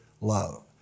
love